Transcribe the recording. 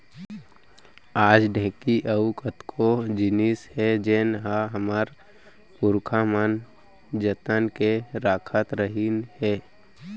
आज ढेंकी अउ कतको जिनिस हे जेन ल हमर पुरखा मन जतन के राखत रहिन हे